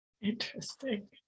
interesting